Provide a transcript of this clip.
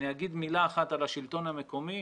אני אגיד מילה אחת על השלטון המקומי.